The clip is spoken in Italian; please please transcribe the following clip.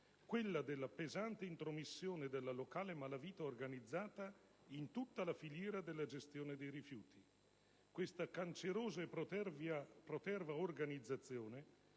della pesante intromissione della locale malavita organizzata in tutta la filiera della gestione dei rifiuti: questa cancerosa e proterva organizzazione